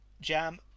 Jam